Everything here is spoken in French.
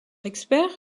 expert